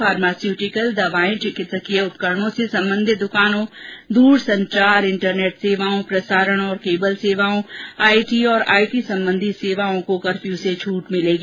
pharmaceutical दवाएं चिकित्सकीय उपकरणों से सम्बन्धित दुकानें दूरसंचार इंटरनेट सेवाएं प्रसारण और केबल सेवाऐं आईटी और आईटी संबंधी सेवाओं को कर्फ्यू से छूट मिलेगी